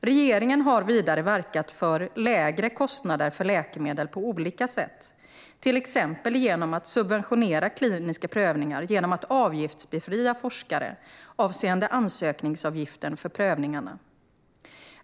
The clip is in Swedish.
Regeringen har vidare verkat för lägre kostnader för läkemedel på olika sätt, till exempel genom att subventionera kliniska prövningar genom att befria forskare från ansökningsavgiften för prövningarna.